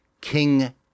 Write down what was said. King